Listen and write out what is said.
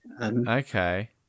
Okay